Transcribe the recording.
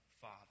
Father